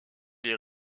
les